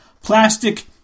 plastic